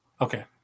Okay